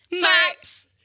Maps